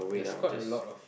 there's quite a lot of